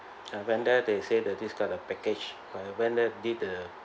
I when there they say that this kind of package I went there did the